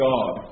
God